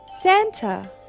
Santa